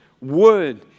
word